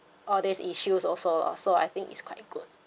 all these issues also so I think it's quite good